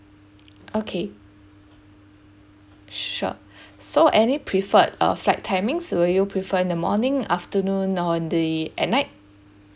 okay sure so any preferred uh flight timing so do you prefer in the morning afternoon or the at night